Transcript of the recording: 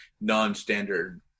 non-standard